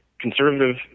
conservative